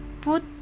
put